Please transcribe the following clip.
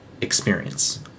experience